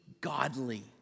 godly